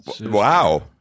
Wow